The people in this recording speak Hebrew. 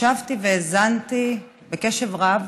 ישבתי והאזנתי בקשב רב